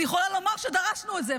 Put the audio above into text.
אני יכולה לומר שדרשנו את זה,